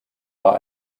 war